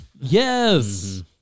yes